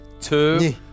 two